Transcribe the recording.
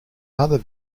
other